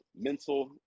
mental